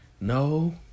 No